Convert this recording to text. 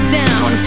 down